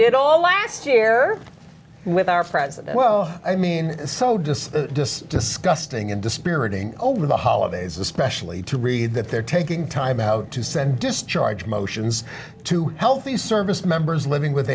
did all last year with our friends and well i mean so does the disgusting and dispiriting over the holidays especially to read that they're taking time out to send discharge motions to help these service members living with